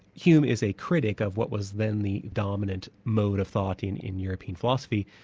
hume is a critic of what was then the dominant mode of thought in in european philosophy,